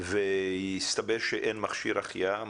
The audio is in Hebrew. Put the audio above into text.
ויסתבר שאין מכשיר החייאה,